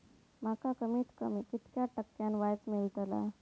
माका कमीत कमी कितक्या टक्क्यान व्याज मेलतला?